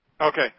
Okay